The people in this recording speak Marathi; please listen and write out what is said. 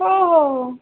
हो हो हो